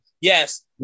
Yes